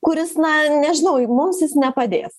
kuris na nežinau juk mums jis nepadės